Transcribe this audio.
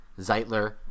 Zeitler